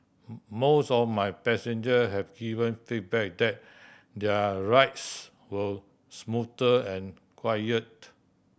most of my passenger have given feedback that their rides were smoother and quieter